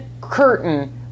curtain